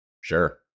Sure